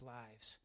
lives